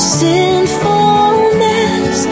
sinfulness